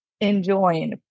enjoying